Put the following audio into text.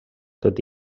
tot